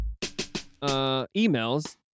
emails